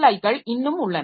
ஐ க்கள் இன்னும் உள்ளன